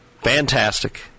Fantastic